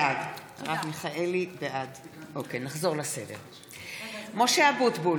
בעד משה אבוטבול,